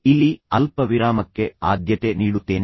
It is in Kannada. ಇಲ್ಲಿ ಅಲ್ಪವಿರಾಮಕ್ಕೆ ಆದ್ಯತೆ ನೀಡುತ್ತೇನೆ